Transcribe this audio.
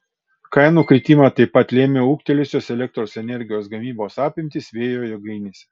kainų kritimą taip pat lėmė ūgtelėjusios elektros energijos gamybos apimtys vėjo jėgainėse